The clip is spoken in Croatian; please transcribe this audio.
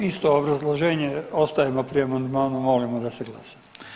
Isto obrazloženje, ostajemo pri amandmanu, molimo da se glasa.